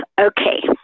Okay